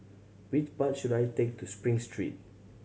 which bus should I take to Spring Street